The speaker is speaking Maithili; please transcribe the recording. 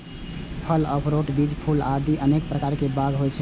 फल, अखरोट, बीज, फूल आदि अनेक प्रकार बाग होइ छै